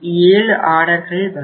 70 ஆர்டர்கள் ஆகும்